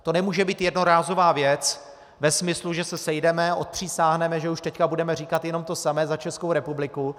To nemůže být jednorázová věc ve smyslu, že se sejdeme a odpřisáhneme, že už teď budeme říkat jenom to samé za Českou republiku.